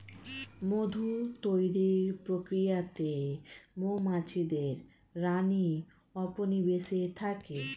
মধু তৈরির প্রক্রিয়াতে মৌমাছিদের রানী উপনিবেশে থাকে